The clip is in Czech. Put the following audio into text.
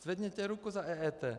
Zvedněte ruku za EET.